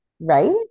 Right